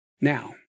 Now